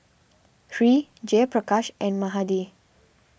Hri Jayaprakash and Mahade